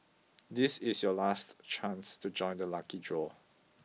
this is your last chance to join the lucky draw